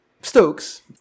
Stokes